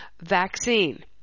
vaccine